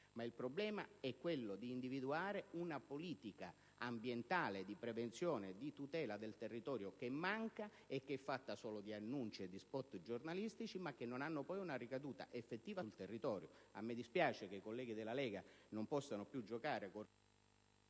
ma piuttosto quello di individuare una politica ambientale di prevenzione e di tutela del territorio, che manca e che è fatta solo di annunci e di spot giornalistici che non hanno alcuna ricaduta effettiva sul territorio. A me dispiace che i colleghi della Lega non possano più giocare con